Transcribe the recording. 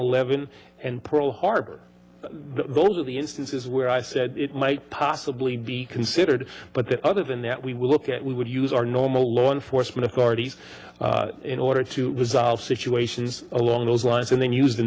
eleven and pearl harbor both of the instances where i said it might possibly be considered but the other than that we would look at we would use our normal law enforcement authorities in order to resolve the situation is along those lines and then use the